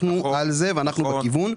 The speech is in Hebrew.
אנחנו על זה ואנחנו בכיוון.